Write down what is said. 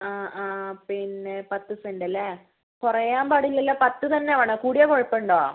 ആ ആ പിന്നെ പത്ത് സെന്റ് അല്ലേ കുറയാൻ പാടില്ലല്ലോ പത്ത് തന്നെ വേണോ കൂടിയാൽ കുഴപ്പമുണ്ടോ